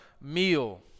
meal